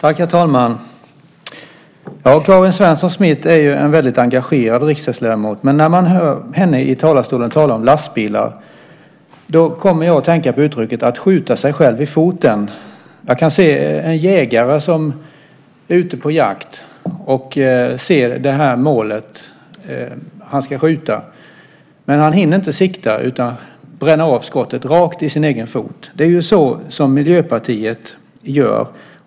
Herr talman! Karin Svensson Smith är en väldigt engagerad riksdagsledamot, men när man hör henne tala om lastbilar i talarstolen kommer jag att tänka på uttrycket att skjuta sig själv i foten. Jag kan se en jägare som är ute på jakt och ser målet han ska skjuta, men han hinner inte sikta utan bränner av skottet rakt i sin egen fot. Det är så som Miljöpartiet gör.